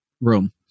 room